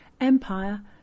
Empire